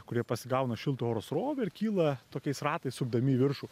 kurie pasigauna šilto oro srovę ir kyla tokiais ratais sukdami į viršų